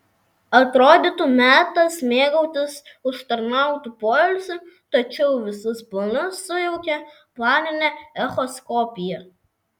atrodytų metas mėgautis užtarnautu poilsiu tačiau visus planus sujaukė planinė echoskopija